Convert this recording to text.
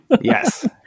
Yes